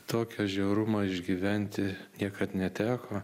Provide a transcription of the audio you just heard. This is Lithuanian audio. tokio žiaurumo išgyventi niekad neteko